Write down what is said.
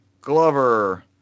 Glover